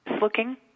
looking